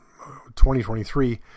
2023